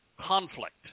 conflict